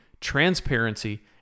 transparency